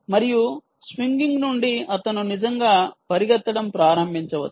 మరియు స్వింగింగ్ నుండి అతను నిజంగా పరుగెత్తడం ప్రారంభించవచ్చు